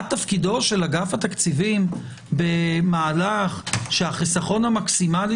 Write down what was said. מה תפקידו של אגף התקציבים במהלך שהחיסכון המקסימלי